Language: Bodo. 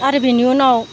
आरो बेनि उनाव